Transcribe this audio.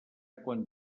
quan